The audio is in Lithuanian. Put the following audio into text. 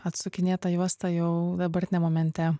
atsukinėt tą juostą jau dabartiniam momente